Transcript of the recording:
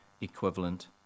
equivalent